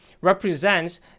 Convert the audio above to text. represents